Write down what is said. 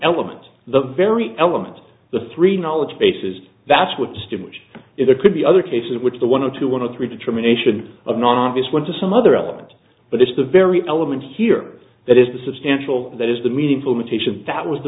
elements of the very element the three knowledge bases that's what stitch is or could be other cases which the one to one of three determination of non theists went to some other element but it's the very element here that is the substantial that is the meaningful imitation that was the